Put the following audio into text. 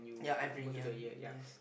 ya every year yes